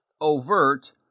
overt